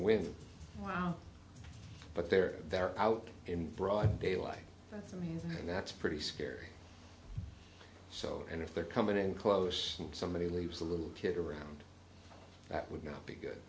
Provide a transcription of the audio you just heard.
with wow but they're they're out in broad daylight i mean that's pretty scary so and if they're coming in close and somebody leaves a little kid around that would not be good